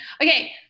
Okay